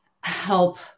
help